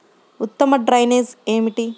ఉత్తమ డ్రైనేజ్ ఏమిటి?